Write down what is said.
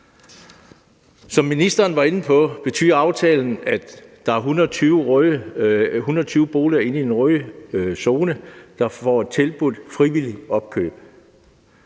Som ministeren var inde på, betyder aftalen, at der er 120 boliger i den røde zone, som får tilbudt frivilligt opkøb,